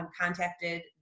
contacted